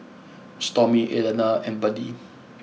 Stormy Alayna and Buddy